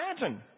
imagine